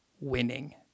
winning